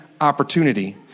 opportunity